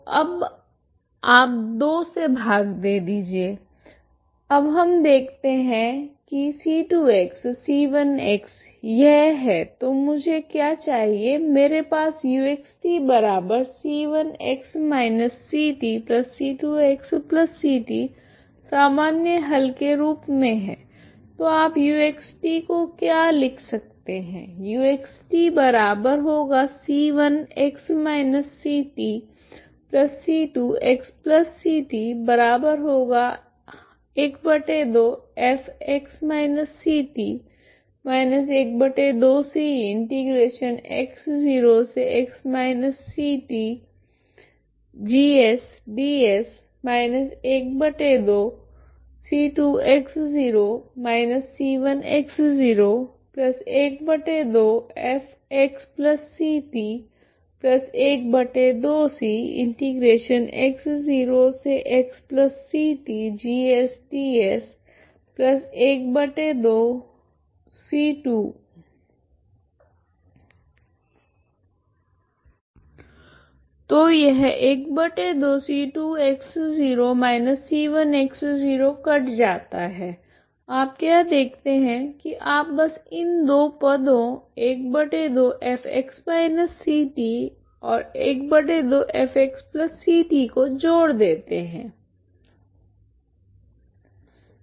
अब हम देखते है की c2c1 यह है तो मुझे क्या चाहिए मेरे पास u x t c1x−ctc2xct सामान्य हल के रूप मे है तो आप uxt को क्या लिख सकते है तो यह 12c2−c1 कट जाता है आप क्या देखते है की आप बस इन दो पदो 12fx−ct 12fxct को जोड़ देते है